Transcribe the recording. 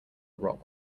rock